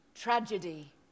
Tragedy